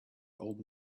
old